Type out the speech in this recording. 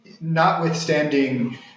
notwithstanding